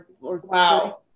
Wow